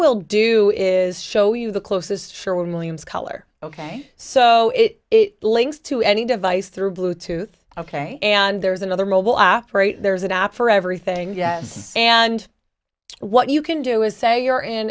will do is show you the closest sure williams color ok so it links to any device through bluetooth ok and there's another mobile operators there's an app for everything yes and what you can do is say you're in